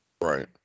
Right